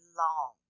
long